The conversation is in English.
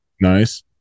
nice